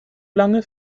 lange